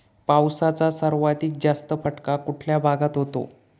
पावसाचा सर्वाधिक जास्त फटका कुठल्या भागात होतो?